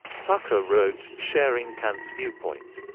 pluhar wrote, sharing kant's viewpoint,